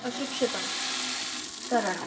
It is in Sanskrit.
अशिक्षितं तरणम्